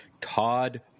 Todd